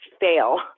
Fail